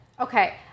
Okay